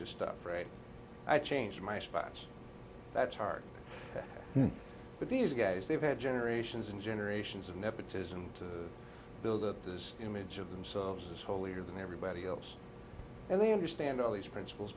of stuff i changed my spots that's hard but these guys they've had generations and generations of nepotism to build up this image of themselves as holier than everybody else and they understand all these princip